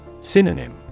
Synonym